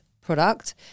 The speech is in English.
product